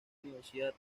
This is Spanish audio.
universidad